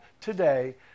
today